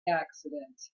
accident